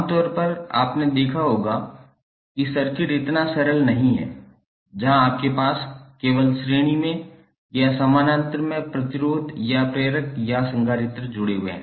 आम तौर पर आपने देखा होगा कि सर्किट इतना सरल नहीं है जहां आपके पास केवल श्रेणी में या समानांतर में प्रतिरोधक या प्रेरक या संधारित्र हैं